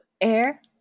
Air